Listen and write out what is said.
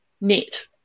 net